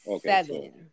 seven